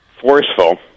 forceful